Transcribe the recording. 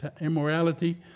immorality